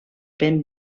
ben